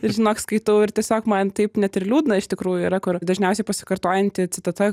ir žinok skaitau ir tiesiog man taip net ir liūdna iš tikrųjų yra kur dažniausiai pasikartojanti citata